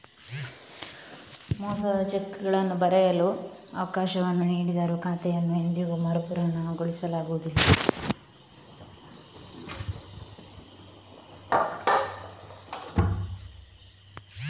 ಮೋಸದ ಚೆಕ್ಗಳನ್ನು ಬರೆಯಲು ಅವಕಾಶವನ್ನು ನೀಡಿದರೂ ಖಾತೆಯನ್ನು ಎಂದಿಗೂ ಮರುಪೂರಣಗೊಳಿಸಲಾಗುವುದಿಲ್ಲ